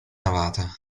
navata